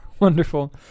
Wonderful